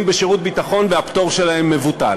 בשירות ביטחון והפטור שלהם מבוטל.